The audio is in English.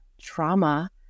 trauma